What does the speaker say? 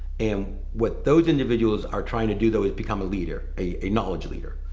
and what those individuals are trying to do though, is become a leader, a knowledge leader.